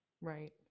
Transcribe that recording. Right